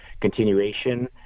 continuation